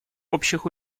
общих